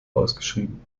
ausgeschrieben